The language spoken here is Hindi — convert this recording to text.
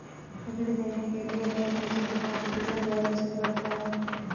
ऋण देने के लिए बैंक हमसे कितना प्रतिशत ब्याज वसूल करता है?